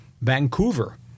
Vancouver